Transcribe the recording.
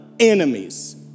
enemies